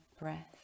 breath